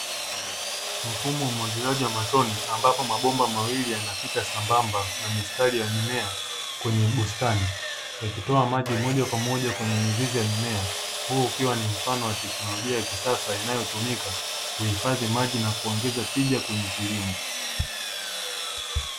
Mfumo wa umwagiliaji wa matone ambapo mabomba mawili yanapita sambamba na mistari ya mimea kwenye bustani. Yakitoa maji moja kwa moja kwenye mizizi ya mimea, huu ukiwa ni mfano wa teknolojia ya kisasa inayotumika kuhifadhi maji na kuongeza tija kwenye kilimo.